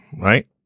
right